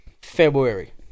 February